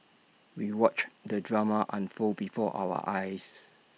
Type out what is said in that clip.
we watched the drama unfold before our eyes